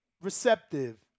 receptive